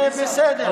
בסדר.